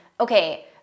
okay